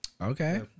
Okay